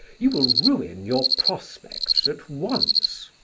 you will ruin your prospects at once.